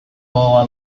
gogoa